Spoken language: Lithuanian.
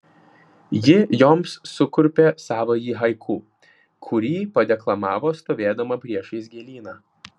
ji joms sukurpė savąjį haiku kurį padeklamavo stovėdama priešais gėlyną